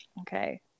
Okay